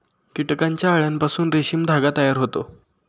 कीटकांच्या अळ्यांपासून रेशीम धागा तयार होतो